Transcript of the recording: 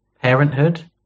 Parenthood